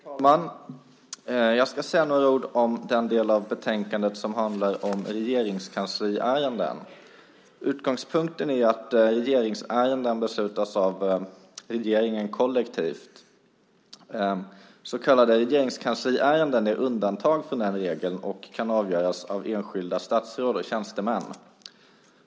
Herr talman! Jag ska säga några ord om den del av betänkandet som handlar om regeringskansliärenden. Utgångspunkten är att regeringsärenden beslutas av regeringen kollektivt. Så kallade regeringskansliärenden utgör undantag från den regeln och kan avgöras av enskilda statsråd och tjänstemän.